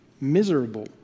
miserable